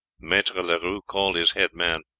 maitre leroux called his head man.